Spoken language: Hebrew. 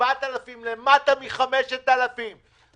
7,000 שקל לחודש או פחות מ-5,000 שקל לחודש.